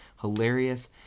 hilarious